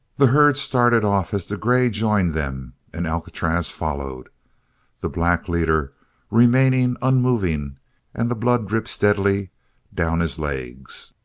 the herd started off as the grey joined them and alcatraz followed the black leader remaining unmoving and the blood dripped steadily down his legs.